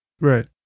Right